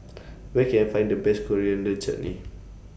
Where Can I Find The Best Coriander Chutney